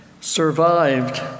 survived